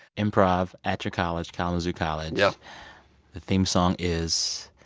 improv at your college, kalamazoo college yeah the theme song is,